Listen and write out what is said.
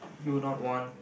you don't want